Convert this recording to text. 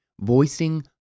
Voicing